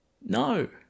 No